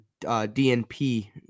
DNP